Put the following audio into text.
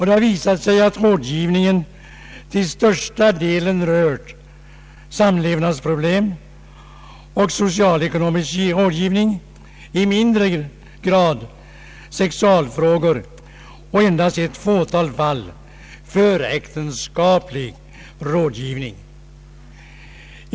Det har visat sig, att rådgivningen till största delen berört samlevnadsproblem och socialekonomisk rådgivning; den har i mindre grad gällt sexualfrågor och endast i ett fåtal fall föräktenskaplig rådgivning.